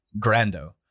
grando